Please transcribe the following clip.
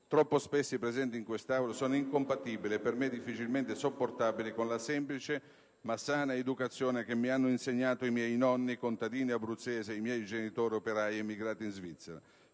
troppo spesso presenti in quest'Aula, sono incompatibili - e per me difficilmente sopportabili - con la semplice ma sana educazione che mi hanno insegnato i miei nonni, contadini abruzzesi, e i miei genitori operai, emigrati in Svizzera.